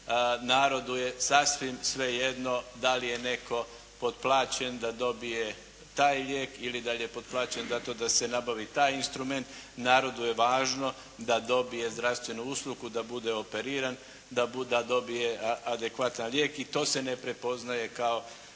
narodu je sasvim sve jedno da li je netko potplaćen da dobije taj lijek ili da li je potplaćen zato da se nabavi taj instrument. Narodu je važno da dobije zdravstvenu uslugu da bude operiran, da dobije adekvatan lijek i to se ne prepoznaje kao